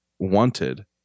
wanted